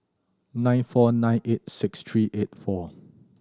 nine four nine eight six three eight four